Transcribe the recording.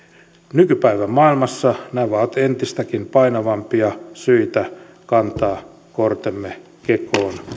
nykypäivän maailmassa nämä ovat entistäkin painavampia syitä kantaa kortemme kekoon